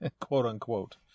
quote-unquote